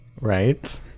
Right